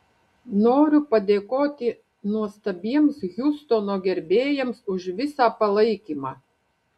noriu padėkoti nuostabiems hjustono gerbėjams už visą palaikymą